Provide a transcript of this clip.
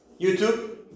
YouTube